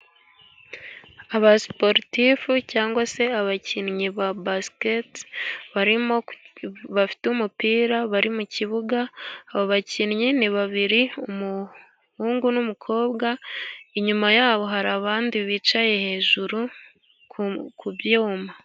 Abaiporutifu cyangwa se abakinnyi ba basiketi, bafite umupira, bari mu kibuga, abo bakinnyi ni babiri, umuhungu n'umukobwa, inyuma yabo, hari abandi bicaye hejuru ku ku byuma.